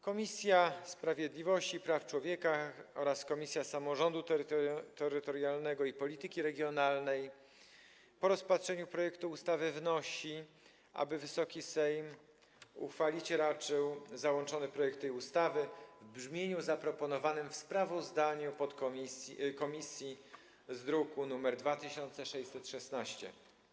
Komisja Sprawiedliwości i Praw Człowieka oraz Komisja Samorządu Terytorialnego i Polityki Regionalnej po rozpatrzeniu projektu ustawy wnoszą, aby Wysoki Sejm uchwalić raczył załączony projekt ustawy, w brzmieniu zaproponowanym w sprawozdaniu komisji z druku nr 2616.